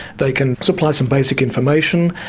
they can supply some basic information,